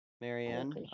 Marianne